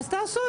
הצבעה